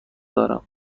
دارم